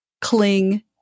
Cling